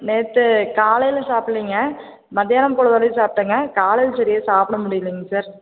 நேற்று காலையில் சாப்பிட்லேங்க மத்தியானம் பொழுது அன்றைக்கு சாப்பிட்டேங்க காலையில் சரியா சாப்பிட முடியிலேங்க சார்